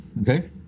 okay